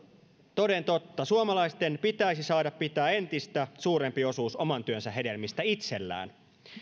toden totta suomalaisten pitäisi saada pitää entistä suurempi osuus oman työnsä hedelmistä itsellään